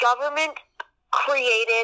government-created